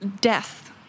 death